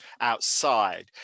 outside